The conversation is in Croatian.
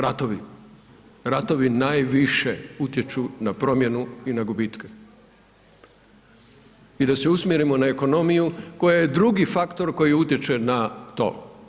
Ratovi, ratovi najviše utječu na promjenu i na gubitke i da se usmjerimo na ekonomiju koja je drugi faktor koji utječe na to.